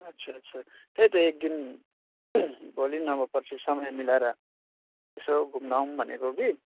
अच्छा अच्छा त्यही त एकदिन भोलि न भए पर्सि समय मिलाएर यसो घुम्नु आउँ भनेको कि